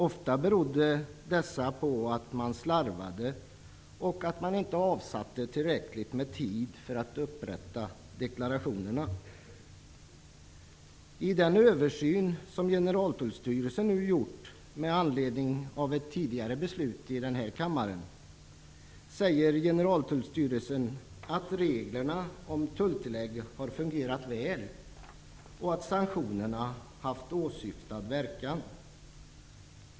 Ofta berodde detta på att man slarvade och på att man inte avsatte tillräckligt med tid för att upprätta deklarationerna. I den översyn som Generaltullstyrelsen nu har gjort med anledning av ett tidigare beslut i denna kammare säger man att reglerna om tulltillägg har fungerat väl och att sanktionerna har haft åsyftad verkan.